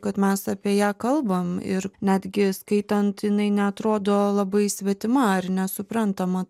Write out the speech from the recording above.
kad mes apie ją kalbam ir netgi skaitant jinai neatrodo labai svetima ar nesuprantama